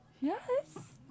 Yes